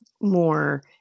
more